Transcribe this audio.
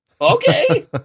Okay